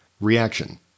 Reaction